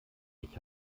ich